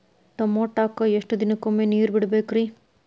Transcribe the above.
ಟಮೋಟಾಕ ಎಷ್ಟು ದಿನಕ್ಕೊಮ್ಮೆ ನೇರ ಬಿಡಬೇಕ್ರೇ?